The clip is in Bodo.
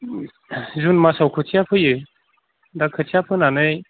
ओम जुन मासआव खोथिया फोयो दा खोथिया फोनानै